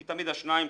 כי תמיד השניים,